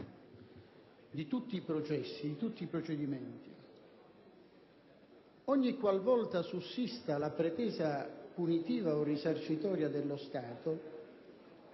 di tutti i processi, di tutti i procedimenti, ogni qual volta sussista la pretesa punitiva o risarcitoria dello Stato